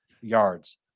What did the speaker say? yards